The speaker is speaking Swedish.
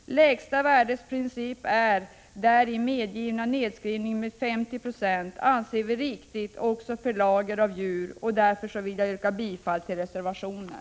Lägsta värdets princip och därvid medgivna nedskrivning med 50 96 anser vi riktig också för lager av djur. Jag vill därför yrka bifall till reservationen.